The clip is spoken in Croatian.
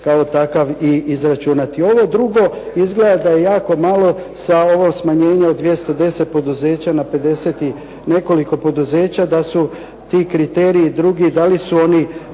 kao takav i izračunati. Ovo drugo izgleda da je jako malo sa ovo smanjenje od 210 poduzeća na 50 i nekoliko poduzeća da su ti kriteriji drugi, da li su